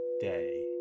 day